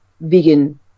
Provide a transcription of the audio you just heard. vegan